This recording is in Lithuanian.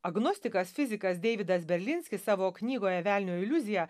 agnostikas fizikas deividas berlinskis savo knygoje velnio iliuzija